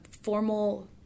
formal